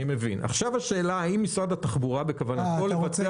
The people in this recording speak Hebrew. עכשיו השאלה היא האם משרד התחבורה, בכוונתו לבצע